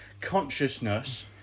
consciousness